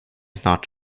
snart